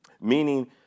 meaning